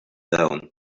alone